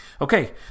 Okay